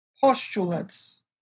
postulates